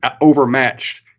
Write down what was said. overmatched